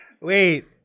Wait